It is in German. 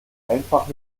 einfach